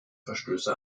verstöße